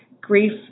grief